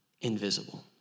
invisible